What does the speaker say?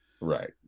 Right